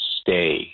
stay